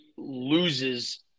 loses